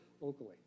locally